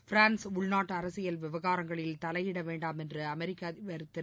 France உள்நாட்டு அரசியல் விவகாரங்களில் தலையிடவேண்டாம் என்று அமெரிக்க அதிபர் திரு